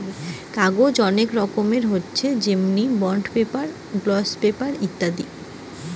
কাগজের অনেক কটা রকম হতিছে যেমনি বন্ড পেপার, গ্লস পেপার ইত্যাদি